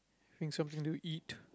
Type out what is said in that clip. think something to eat